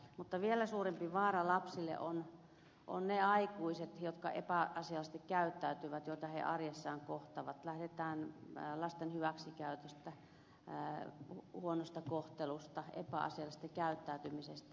mutta vielä suurempi vaara lapsille ovat ne aikuiset jotka käyttäytyvät epäasiallisesti ja joita he arjessaan kohtaavat lähdetään lasten hyväksikäytöstä huonosta kohtelusta epäasiallisesta käyttäytymisestä